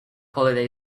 holiday